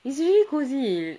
it's really cosy